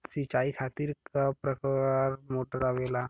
सिचाई खातीर क प्रकार मोटर आवेला?